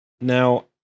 now